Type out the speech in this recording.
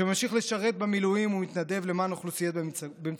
שממשיך לשרת במילואים ומתנדב למען אוכלוסיות במצוקה,